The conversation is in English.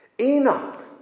Enoch